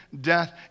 death